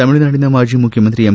ತಮಿಳುನಾಡಿನ ಮಾಜಿ ಮುಖ್ಯಮಂತ್ರಿ ಎಂ